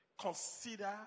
consider